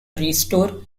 restore